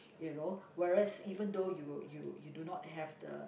you know whereas even though you you you do not have the